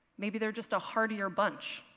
maybe they're just a heartier bunch.